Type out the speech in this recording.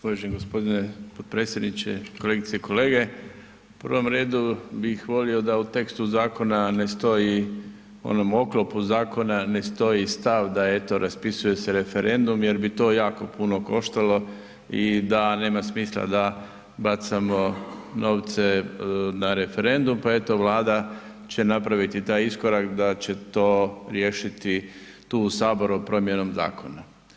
Uvaženi gospodine potpredsjedniče, kolegice i kolege u prvom redu bih volio da u tekstu zakona ne stoji, onom oklopu zakona ne stoji stav da evo raspisuje se referendum jer bi to jako puno koštalo i da nema smisla da bacamo novce na referendum, pa eto Vlada će napraviti taj iskorak da će to riješiti tu u saboru promjenom zakona.